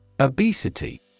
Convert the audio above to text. Obesity